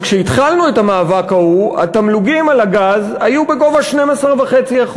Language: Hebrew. שכשהתחלנו את המאבק ההוא התמלוגים על הגז היו בגובה 12.5%,